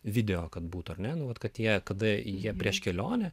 video kad būtų ne nuolat kad jie kada jie prieš kelionę